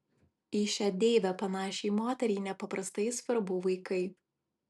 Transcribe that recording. į šią deivę panašiai moteriai nepaprastai svarbu vaikai